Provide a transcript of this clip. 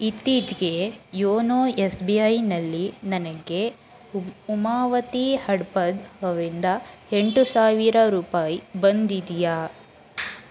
ಇತ್ತೀಚೆಗೆ YONO S B ಐನಲ್ಲಿ ನನಗೆ ಉಮಾಪತಿ ಹಡಪದ್ ಅವರಿಂದ ಎಂಟು ಸಾವಿರ ರೂಪಾಯಿ ಬಂದಿದೆಯಾ